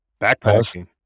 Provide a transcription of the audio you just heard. Backpacking